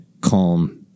calm